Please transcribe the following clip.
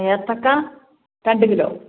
ഏത്തക്ക രണ്ട് കിലോ